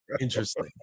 Interesting